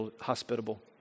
hospitable